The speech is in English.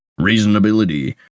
reasonability